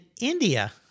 India